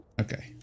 Okay